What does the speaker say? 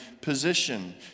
position